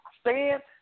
stand